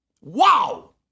Wow